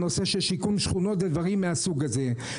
הנושא של שיקום שכונות ודברים מהסוג הזה.